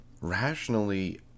Rationally